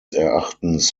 erachtens